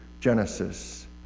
Genesis